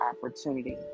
opportunity